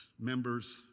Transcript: members